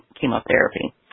chemotherapy